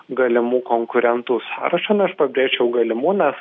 galimų konkurentų sąrašą na aš pabrėžčiau galimų nes